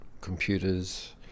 computers